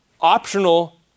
optional